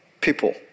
people